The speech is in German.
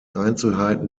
einzelheiten